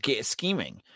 scheming